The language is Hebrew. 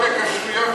תחפש בכשרויות.